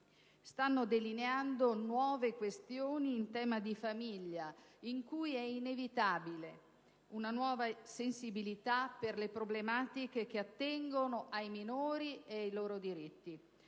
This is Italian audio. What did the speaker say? stanno delineando nuove questioni in tema di famiglia, in cui è inevitabile una nuova sensibilità per le problematiche che attengono ai minori e ai loro diritti.